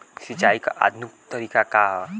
सिंचाई क आधुनिक तरीका का ह?